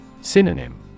Synonym